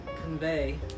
convey